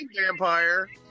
vampire